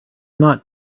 not